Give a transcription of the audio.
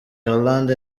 ireland